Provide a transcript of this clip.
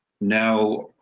now